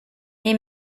est